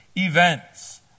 Events